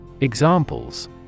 Examples